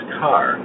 car